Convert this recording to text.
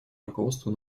руководство